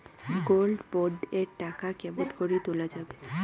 Gold bond এর টাকা কেমন করি তুলা যাবে?